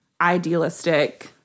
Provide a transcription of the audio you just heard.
idealistic